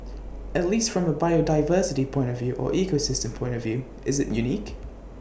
at least from A biodiversity point of view or ecosystem point of view is IT unique